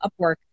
Upwork